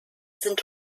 sind